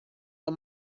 los